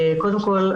קודם כל,